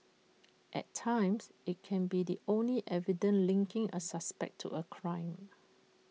at times IT can be the only evident linking A suspect to A crime